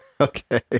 Okay